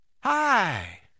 hi